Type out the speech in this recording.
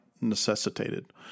necessitated